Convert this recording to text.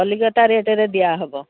କଲିକତା ରେଟ୍ରେ ଦିଆହେବ